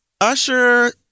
Usher